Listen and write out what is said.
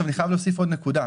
אני חייב להוסיף עוד נקודה.